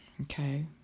Okay